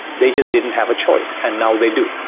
they just didn't have a choice, and now they do.